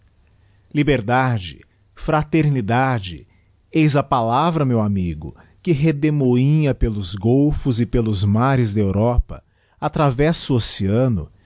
liberdade fraternidade eis a palavra meu amigo que redemoinha pelos golphos e pelos mares da europa atravessa o oceano